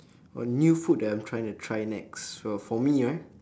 oh new food that I'm trying to try next well for me right